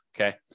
okay